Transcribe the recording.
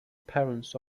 parents